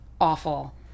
awful